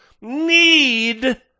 need